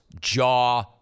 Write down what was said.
jaw